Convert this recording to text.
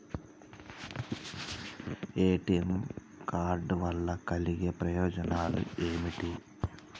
ATM card వల్ల కలిగే ప్రయోజనాలు ఏమిటి?